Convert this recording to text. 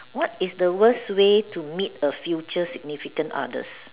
what is the worst way to meet a future significant other